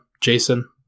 Jason